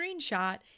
screenshot